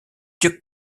duke